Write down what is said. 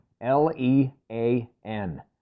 L-E-A-N